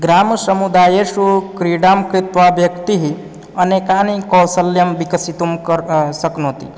ग्रामसमुदायेषु क्रीडां कृत्वा व्यक्तिः अनेकानि कौशल्यं विकसितुं कर् शक्नोति